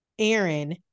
Aaron